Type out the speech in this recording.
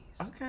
Okay